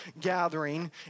gathering